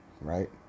right